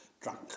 drunk